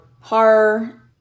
horror